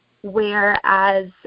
whereas